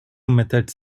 methods